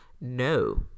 No